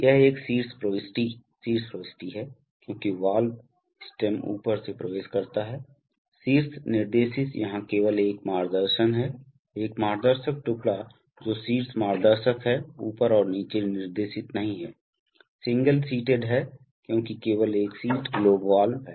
यह एक शीर्ष प्रविष्टि शीर्ष प्रविष्टि है क्योंकि वाल्व स्टेम ऊपर से प्रवेश करता है शीर्ष निर्देशित यहां केवल एक मार्गदर्शन है एक मार्गदर्शक टुकड़ा जो शीर्ष मार्गदर्शक है ऊपर और नीचे निर्देशित नहीं है सिंगल सीटेड है क्योंकि केवल एक सीट ग्लोब वाल्व है